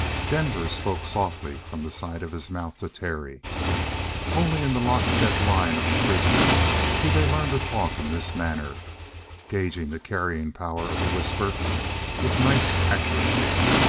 denver spoke softly from the side of his mouth to terry only in the lockstep line of the prison do they learn to talk in this manner gauging the carrying power of the whisper with nice accuracy.